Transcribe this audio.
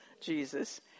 Jesus